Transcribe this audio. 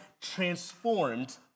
transformed